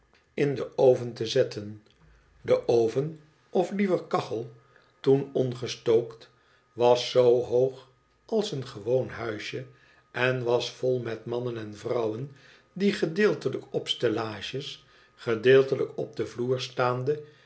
in den oven te zetten de oven of lieve kachel toen ongestookt was zoo hoog als een gewoon huisje en was vol met mannen on vrouwen die gedeeltelijk op stellages gedeeltelijk op den vloer staande